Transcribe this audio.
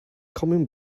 common